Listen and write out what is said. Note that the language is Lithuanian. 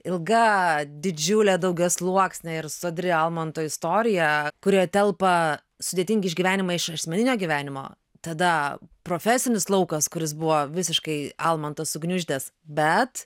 ilga didžiulė daugiasluoksnė ir sodri almanto istorija kurioj telpa sudėtingi išgyvenimai iš asmeninio gyvenimo tada profesinis laukas kuris buvo visiškai almantas sugniuždęs bet